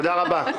תודה רבה.